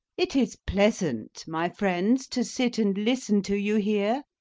it is pleasant, my friends, to sit and listen to you here,